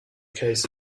case